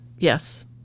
Yes